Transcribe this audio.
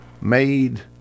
Made